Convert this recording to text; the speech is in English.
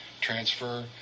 transfer